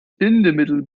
bindemittel